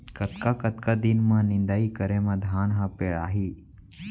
कतका कतका दिन म निदाई करे म धान ह पेड़ाही?